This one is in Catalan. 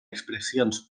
expressions